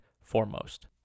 foremost